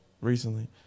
recently